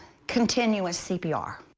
continuous cpr.